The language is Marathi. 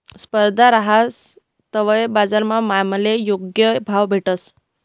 स्पर्धा रहास तवय बजारमा मालले योग्य भाव भेटस